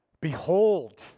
behold